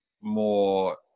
more